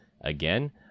again